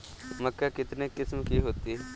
मक्का कितने किस्म की होती है?